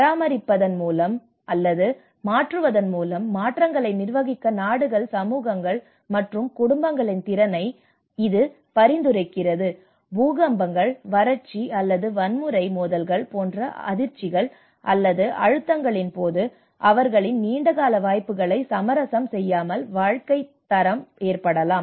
பராமரிப்பதன் மூலம் அல்லது மாற்றுவதன் மூலம் மாற்றங்களை நிர்வகிக்க நாடுகள் சமூகங்கள் மற்றும் குடும்பங்களின் திறனை இது பரிந்துரைக்கிறது பூகம்பங்கள் வறட்சி அல்லது வன்முறை மோதல்கள் போன்ற அதிர்ச்சிகள் அல்லது அழுத்தங்களின் போது அவர்களின் நீண்டகால வாய்ப்புகளை சமரசம் செய்யாமல் வாழ்க்கைத் தரம் ஏற்படலாம்